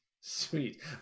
sweet